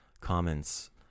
comments